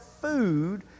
food